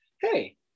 hey